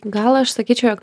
gal aš sakyčiau jog